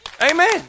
Amen